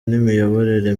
n’imiyoborere